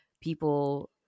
people